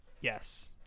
Yes